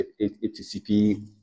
HTTP